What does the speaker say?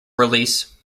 release